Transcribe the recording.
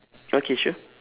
okay sure